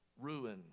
ruin